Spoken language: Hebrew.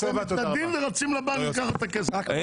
מתנגדים ורצים לבנק לקחת את הכסף.